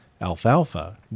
alfalfa